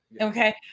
okay